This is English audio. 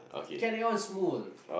carry on Smoo